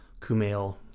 Kumail